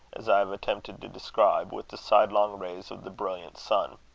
as i have attempted to describe, with the sidelong rays of the brilliant sun.